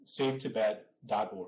SaveTibet.org